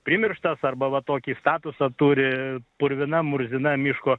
primirštas arba va tokį statusą turi purvina murzina miško